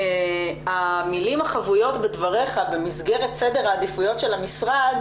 המילים החבויות בדבריך במסגרת סדר העדיפויות של המשרד,